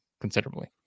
considerably